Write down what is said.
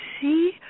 see